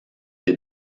des